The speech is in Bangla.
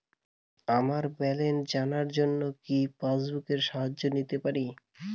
আমার ব্যালেন্স জানার জন্য কি পাসবুকের সহায়তা নিতে পারি?